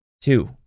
Two